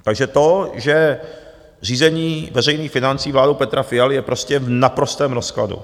Takže to, že řízení veřejných financí vládou Petra Fialy je prostě v naprostém rozkladu.